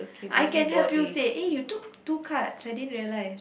I can help you say eh you took two cards I didn't realise